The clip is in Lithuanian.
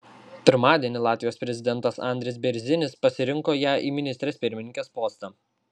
pirmadienį latvijos prezidentas andris bėrzinis pasirinkto ją į ministrės pirmininkės postą